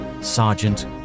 Sergeant